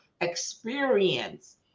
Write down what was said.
experience